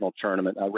tournament